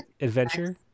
adventure